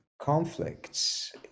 conflicts